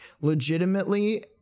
legitimately